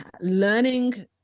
learning